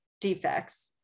defects